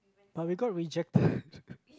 but we got rejected